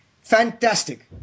fantastic